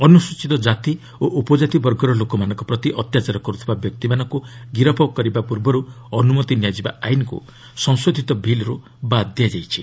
ଅନୁସ୍ଚୀତ ଜାତି ଓ ଉପଜାତି ବର୍ଗର ଲୋକମାନଙ୍କ ପ୍ରତି ଅତ୍ୟାଚାର କରୁଥିବା ବ୍ୟକ୍ତିମାନଙ୍କୁ ଗିରଫ୍ କରିବା ପୂର୍ବରୁ ଅନୁମତି ନିଆଯିବା ଆଇନ୍କୁ ସଂଶୋଧିତ ବିଲ୍ରୁ ବାଦ୍ ଦିଆଯାଇଛି